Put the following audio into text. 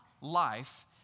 life